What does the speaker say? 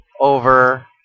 over